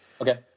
Okay